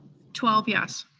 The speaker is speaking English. twelve yes.